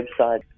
website